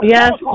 Yes